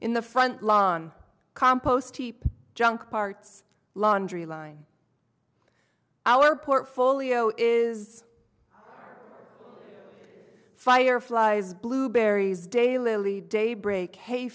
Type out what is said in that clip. in the front lawn compost heap junk parts laundry line our portfolio is fireflies blueberries day lily daybreak h